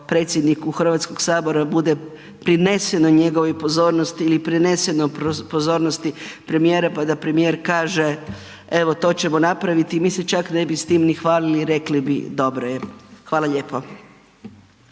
predsjedniku HS-a bude prineseno njegovoj pozornosti ili prineseno pozornosti premijera pa da premijer kaže, evo, to ćemo napraviti, mi se čak ne bi s time ni hvalili i rekli bi, dobro je. Hvala lijepo.